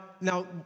Now